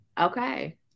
Okay